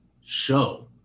show